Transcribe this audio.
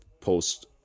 post